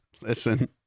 listen